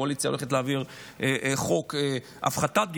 הקואליציה הולכת להעביר חוק הפחתת גירעון,